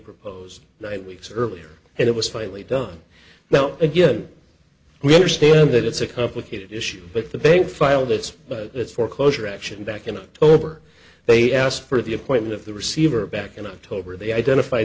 proposed night weeks earlier and it was finally done now again we understand that it's a complicated issue but the bank filed its but it's foreclosure action back in october they asked for the appointment of the receiver back in october they identify